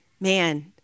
man